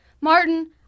Martin